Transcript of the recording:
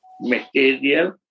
material